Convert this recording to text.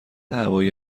هوایی